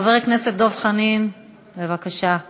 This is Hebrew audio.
חבר הכנסת דב חנין, בבקשה.